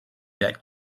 that